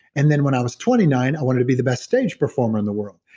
and then when i was twenty nine, i wanted to be the best stage performer in the world.